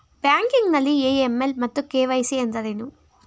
Banking ನಲ್ಲಿ AML ಮತ್ತು KYC ಎಂದರೇನು?